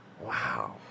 Wow